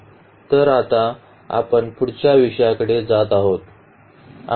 बरं तर आता आपण पुढच्या विषयाकडे जात आहोत